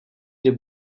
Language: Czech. kdy